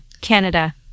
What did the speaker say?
Canada